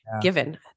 given